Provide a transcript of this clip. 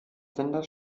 sender